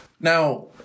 now